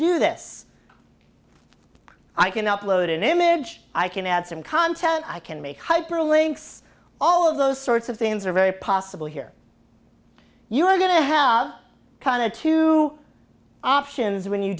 do this i can upload an image i can add some content i can make hyperlinks all of those sorts of things are very possible here you are going to have kind of two options when you